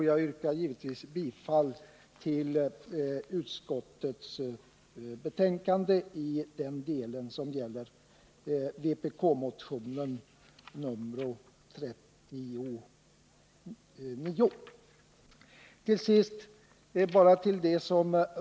Jag yrkar givetvis bifall till utskottets hemställan i den del som gäller vpk-motionen nr 39.